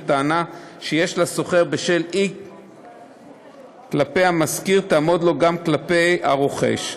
וטענה שיש לשוכר בשל אי-קיומם כלפי המשכיר תעמוד לו גם כלפי הרוכש.